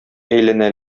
әйләнә